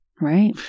right